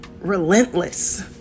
relentless